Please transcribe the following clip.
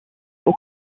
aux